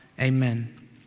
Amen